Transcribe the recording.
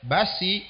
Basi